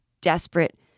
desperate